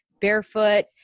barefoot